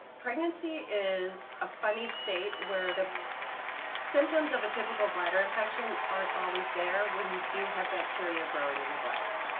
pregnancy is a funny state where the symptoms of a typical bladder infection aren't always there when you do have bacteria growing in your bladder.